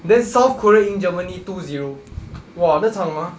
then south korea 赢 germany two zero !wah! 那场 ah